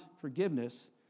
forgiveness